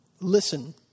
listen